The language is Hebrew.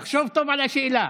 תחשוב טוב על השאלה,